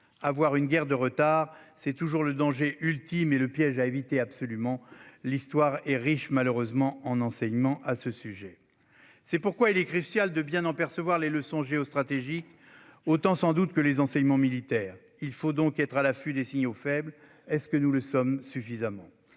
Avoir une guerre de retard, c'est toujours le danger ultime et le piège à éviter absolument. L'histoire est malheureusement riche en enseignements à ce sujet. C'est pourquoi il est crucial de bien en percevoir les leçons géostratégiques et, sans doute, les enseignements militaires. Il faut être à l'affût des signaux faibles. Le sommes-nous suffisamment ?